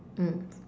mm